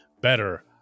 Better